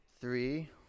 Three